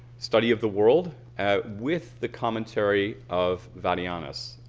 study of the world with the commentary of vadianus,